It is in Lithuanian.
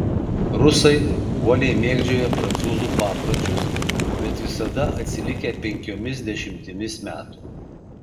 rusai uoliai mėgdžioja prancūzų papročius bet visada atsilikę penkiomis dešimtimis metų